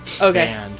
okay